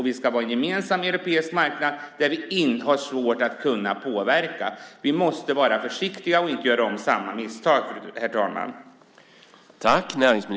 Vi ska ha en gemensam europeisk marknad, och där har vi svårt att kunna påverka. Vi måste vara försiktiga och inte göra om samma misstag, herr talman.